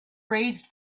raised